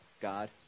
God